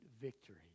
victory